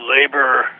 labor